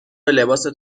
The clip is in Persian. لباست